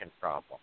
problem